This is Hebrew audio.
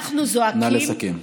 נא לסכם.